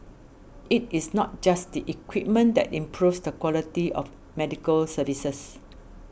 it is not just the equipment that improves the quality of medical services